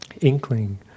inkling